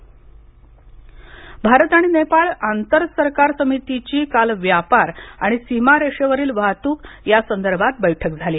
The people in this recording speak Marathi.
भारत नेपाळ भारत आणि नेपाळ आंतरसरकार समितीची काल व्यापार आणि सीमारेषेवरील वाहतूक या संदर्भात बैठक झाली